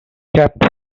kept